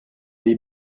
dei